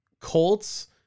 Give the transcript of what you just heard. Colts